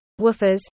woofers